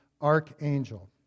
archangel